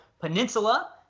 peninsula